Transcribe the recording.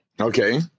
Okay